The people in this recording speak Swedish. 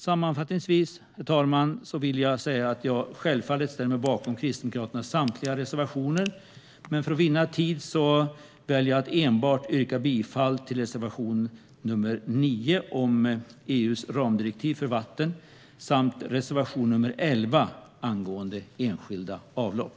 Sammanfattningsvis, herr talman, vill jag säga att jag självfallet ställer mig bakom Kristdemokraternas samtliga reservationer, men för att vinna tid väljer jag att enbart yrka bifall till reservation 9 om EU:s ramdirektiv för vatten och reservation 10 angående enskilda avlopp.